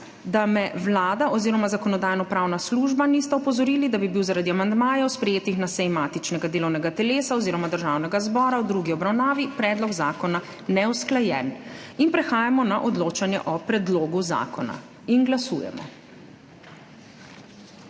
da me Vlada oziroma Zakonodajno-pravna služba nista opozorili, da bi bil zaradi amandmajev, sprejetih na seji matičnega delovnega telesa oziroma Državnega zbora v drugi obravnavi, predlog zakona neusklajen. Prehajamo na odločanje o predlogu zakona. Glasujemo.